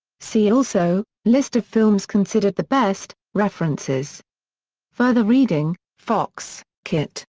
see also list of films considered the best references further reading fox, kit.